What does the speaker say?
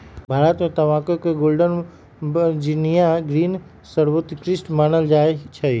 भारत में तमाकुल के गोल्डन वर्जिनियां ग्रीन सर्वोत्कृष्ट मानल जाइ छइ